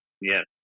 Yes